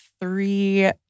three